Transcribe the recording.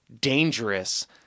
dangerous